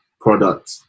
product